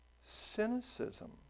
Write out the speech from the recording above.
Cynicism